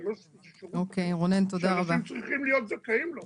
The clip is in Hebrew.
זה שירות שאנשים צריכים להיות זכאים לו,